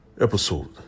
Episode